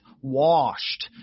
washed